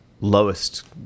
lowest